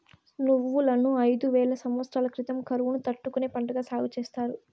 నువ్వులను ఐదు వేల సమత్సరాల క్రితం కరువును తట్టుకునే పంటగా సాగు చేసారు